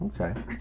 Okay